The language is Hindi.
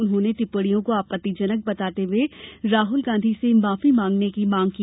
उन्होंने टिप्पणियों को आपत्तिजनक बताते हुये राहुल गांधी से माफी मांगने की मांग की